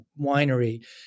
winery